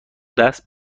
دست